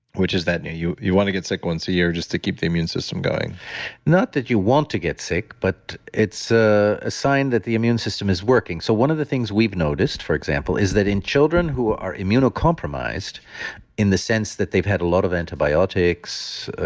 which is that you you want to get sick once a year just to keep the immune system going not that you want to get sick, but it's a sign that the immune system is working. so one of the things we've noticed for example, is that in children who are immunocompromised in the sense that they've had a lot of antibiotics,